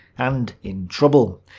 and in trouble.